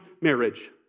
marriage